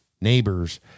neighbors